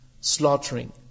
slaughtering